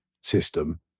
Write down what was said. system